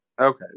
Okay